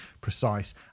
precise